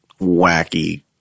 wacky